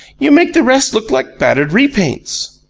you make the rest look like battered repaints.